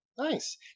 Nice